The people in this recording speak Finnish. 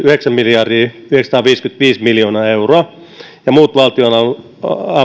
yhdeksän miljardia yhdeksänsataaviisikymmentäviisi miljoonaa euroa ja muut valtionavut